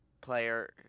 player